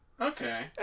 Okay